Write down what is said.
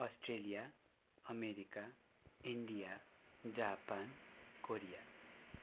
Australia America India Japan Korea